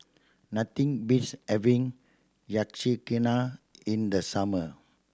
nothing beats having Yakizakana in the summer